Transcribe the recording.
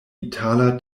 itala